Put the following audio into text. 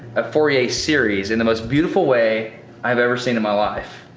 a fourier series in the most beautiful way i have ever seen in my life.